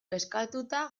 kezkatuta